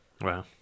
wow